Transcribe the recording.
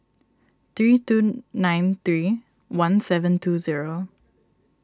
three two nine three one seven two zero